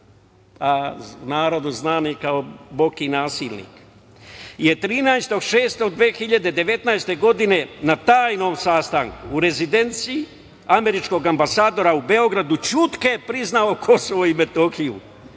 narodu znan kao Boki nasilnik, je 13. juna 2019. godine na tajnom sastanku u rezidenciji američkog ambasadora u Beogradu ćutke priznao Kosovo i Metohiju.